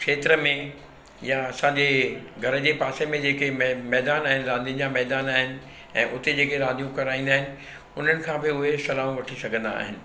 क्षेत्र में या असांजे घर जे पासे में जेके मै मैदान आहिनि रांदियुनि जा मैदान आहिनि ऐं उते जेके रांदियूं कराईंदा आहिनि उन्हनि खां बि उहे सलाहूं वठी सघंदा आहिनि